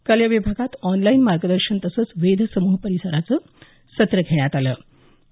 काल या विभागात ऑनलाईन मार्गदर्शन तसंच वेध समूह परिचयाचं सत्र घेण्यात आलं होते